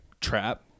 trap